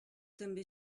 també